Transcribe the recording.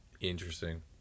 Interesting